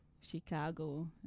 Chicago